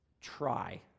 try